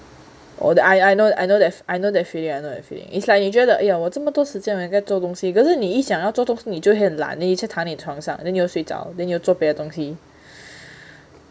or the I I know that I know that feel I know that feeling I know that feeling it's like 你觉得哎呀我这么多时间我应该做东西可是你一想要做东西你就会懒 then 你去躺在你床上 then 你又睡着 then 你又做别的东西